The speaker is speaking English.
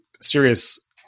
serious